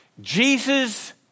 Jesus